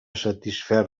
satisfer